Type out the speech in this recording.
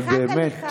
אבל באמת,